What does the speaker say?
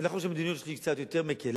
וזה נכון שהמדיניות שלי קצת יותר מקלה.